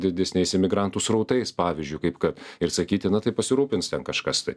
didesniais imigrantų srautais pavyzdžiui kaip kad ir sakyti na tai pasirūpins ten kažkas tai